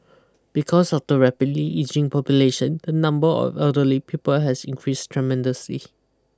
because of the rapidly ageing population the number of elderly people has increased tremendously